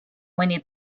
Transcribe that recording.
mõni